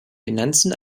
finanzen